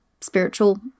spiritual